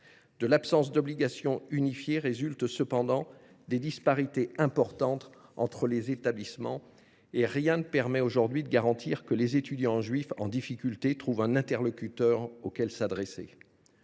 De l’absence d’obligations unifiées résultent toutefois de grandes disparités entre établissements. Rien ne permet aujourd’hui de garantir que les étudiants juifs en difficulté trouvent un interlocuteur auquel s’adresser.